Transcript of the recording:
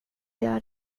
gör